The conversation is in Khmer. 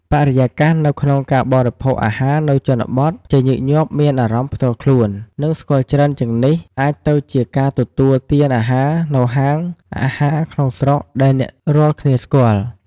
បរិយាកាសនៅក្នុងការបរិភោគអាហារនៅជនបទជាញឹកញាប់មានអារម្មណ៍ផ្ទាល់ខ្លួននិងស្គាល់ច្រើនជាងនេះអាចទៅជាការទទួលទានអាហារនៅហាងអាហារក្នុងស្រុកដែលអ្នករាល់គ្នាស្គាល់។